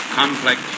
complex